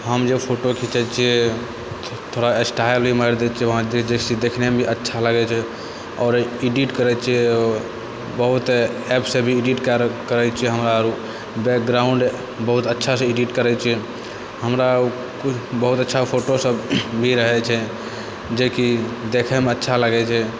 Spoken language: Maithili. हम जे फोटो खिचै छिए थोड़ा स्टाइल भी मारि दै छिए वहाँ जाहिसँ देखनेमे भी अच्छा लागै छै आओर एडिट करै छिए बहुत एपसँ भी एडिट करै छिए हमरा आओर बैकग्राउण्ड बहुत अच्छासँ एडिट करै छिए हमरा किछु बहुत अच्छा फोटो सब भी रहै छै जेकि देखैमे अच्छा लागै छै